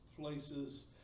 places